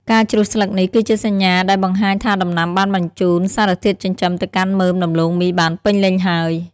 ការជ្រុះស្លឹកនេះគឺជាសញ្ញាដែលបង្ហាញថាដំណាំបានបញ្ជូនសារធាតុចិញ្ចឹមទៅកាន់មើមដំឡូងមីបានពេញលេញហើយ។